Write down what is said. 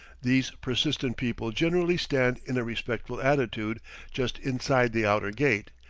these persistent people generally stand in a respectful attitude just inside the outer gate,